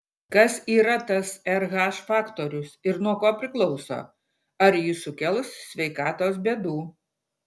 kas yra tas rh faktorius ir nuo ko priklauso ar jis sukels sveikatos bėdų